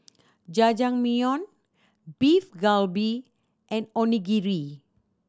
Jajangmyeon Beef Galbi and Onigiri